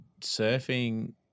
surfing